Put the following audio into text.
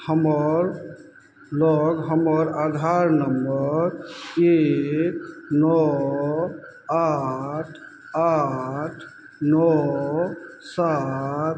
हमर लग हमर आधार नम्बर एक नओ आठ आठ नओ सात